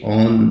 on